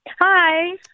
Hi